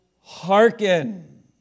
hearken